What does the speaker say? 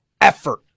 effort